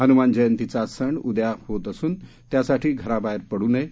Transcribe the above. हन्मान जयंतीचा सण उद्या असून त्यासाठी घराबाहेर पड् नये